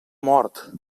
mort